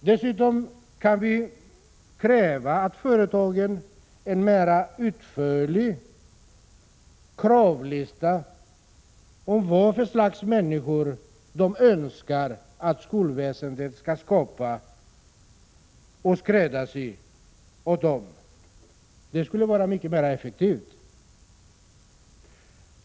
Dessutom kan vi av företagen begära en mer utförlig kravlista på vad för slags människor de önskar att skolväsendet skall skapa och skräddarsy åt dem. Det skulle vara mycket mer effektivt.